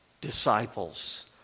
disciples